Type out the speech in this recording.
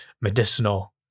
medicinal